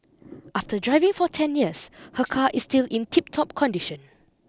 after driving for ten years her car is still in tiptop condition